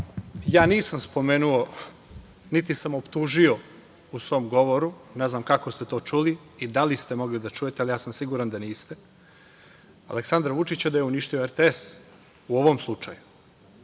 Ja nisam spomenuo, niti sam optužio u svom govoru. Ne znam kako ste to čuli i da li ste mogli da čujete, ali ja sam siguran da niste Aleksandra Vučića da je uništio RTS u ovom slučaju.